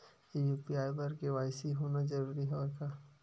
UPI बर KYC होना जरूरी हवय का?